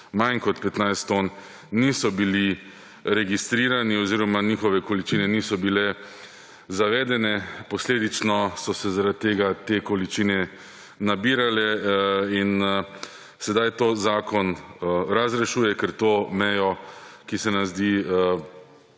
manj kot 15 ton, niso bili registrirani oziroma njihove količine niso bile zavedene. Posledično so se zaradi tega te količine nabirale in sedaj to zakon razrešuje, ker to mejo, ki se nam zdi,